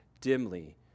dimly